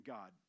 God